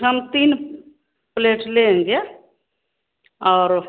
हम तीन प्लेट्स लेंगे और